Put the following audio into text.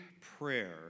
prayer